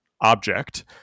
object